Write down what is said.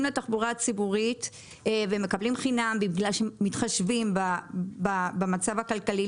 לתחבורה הציבורית ומקבלים חינם בגלל שמתחשבים במצב הכלכלי,